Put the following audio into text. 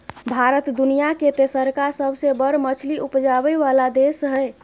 भारत दुनिया के तेसरका सबसे बड़ मछली उपजाबै वाला देश हय